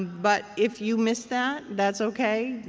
but if you miss that, that's ok.